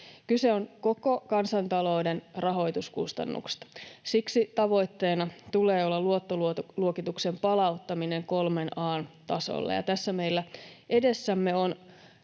Kyse on koko kansantalouden rahoituskustannuksista. Siksi tavoitteena tulee olla luottoluokituksen palauttaminen kolmen A:n tasolle, ja tässä meillä edessämme on